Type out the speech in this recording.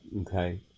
okay